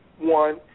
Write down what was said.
one